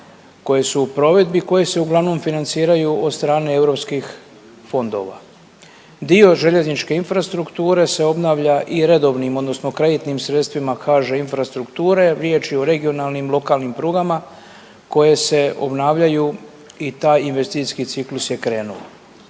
koje su u provedbi, koje se uglavnom financiraju od strane europskih fondova. Dio željezničke infrastrukture se obnavlja i redovnim odnosno kreditnim sredstvima kaže infrastrukture. Riječ je regionalnim i lokalnim prugama koje se obnavljaju i taj investicijski ciklus je krenuo.